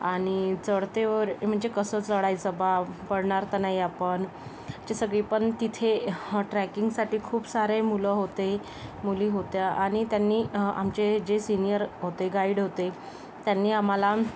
आणि चढते वर म्हणजे कसं चढायचं बुवा पडणार तर नाही आपण जे सगळे पण तिथे हा ट्रॅकिंगसाठी खूप सारे मुलं होते मुली होत्या आणि त्यांनी आमचे जे सिनियर होते गाईड होते त्यांनी आम्हाला